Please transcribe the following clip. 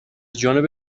جانب